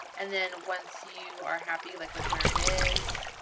and then once you are happy like with where it is,